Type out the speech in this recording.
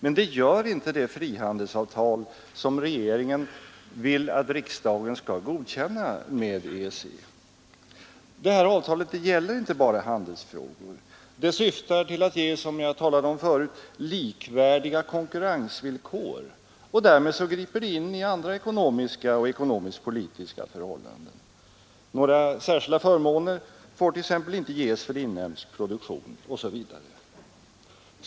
Det gör däremot inte det frihandelsavtal med EEC som regeringen vill att riksdagen skall godkänna. Det här avtalet gäller inte bara handelsfrågor. Det syftar — som jag talade om förut — till att ge vad som kallas likvärdiga konkurrensvillkor. Därmed griper det in i andra ekonomiska och ekonomisk-politiska förhållanden. Några särskilda förmåner får t.ex. inte ges för inhemsk Produktion.